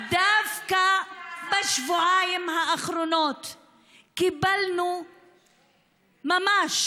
דווקא בשבועיים האחרונים קיבלנו ממש